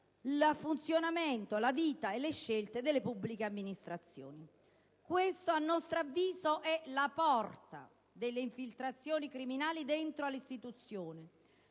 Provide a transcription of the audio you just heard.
il funzionamento, la vita e le scelte delle pubbliche amministrazioni. Questa ‑ a nostro avviso ‑ è la porta delle infiltrazioni criminali dentro le istituzioni.